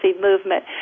movement